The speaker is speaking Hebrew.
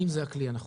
האם זה הכלי הנכון.